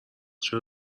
چرا